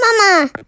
Mama